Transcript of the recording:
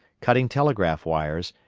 cutting telegraph wires,